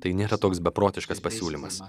tai nėra toks beprotiškas pasiūlymas